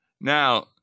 Now